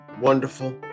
wonderful